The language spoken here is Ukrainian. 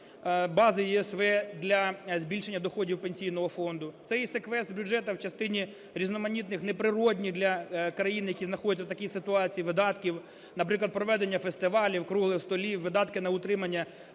бази ЄСВ для збільшення доходів Пенсійного фонду, це і секвестр бюджету в частині різноманітних, неприродних для країн, які знаходяться в такій ситуації, видатків, наприклад, проведення фестивалів, круглих столів, видатки на утримання